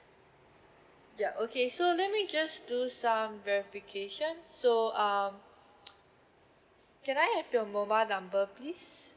ya okay so let me just do some verification so um can I have your mobile number please